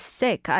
sick